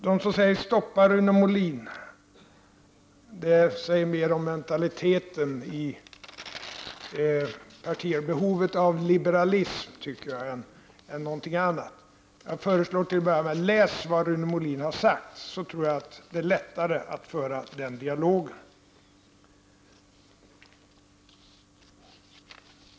Uppmaningen ”Stoppa Rune Molin!” säger mer om mentaliteten i folkpartiet. Behovet av liberalism är någonting annat. Jag vill uppmana Bengt Westerberg att läsa vad Rune Molin har sagt. Då tror jag att det blir lättare att föra en dialog.